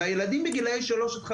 הילדים בגילאי שלוש עד חמש,